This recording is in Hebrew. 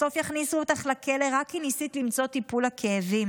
בסוף יכניסו אותך לכלא רק כי ניסית למצוא טיפול לכאבים.